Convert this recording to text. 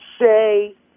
say